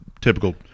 typical